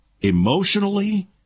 emotionally